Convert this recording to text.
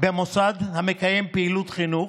במוסד המקיים פעילות חינוך,